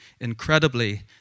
incredibly